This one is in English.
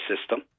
system